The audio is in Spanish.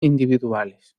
individuales